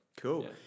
Cool